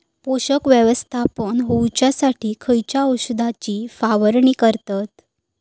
पोषक व्यवस्थापन होऊच्यासाठी खयच्या औषधाची फवारणी करतत?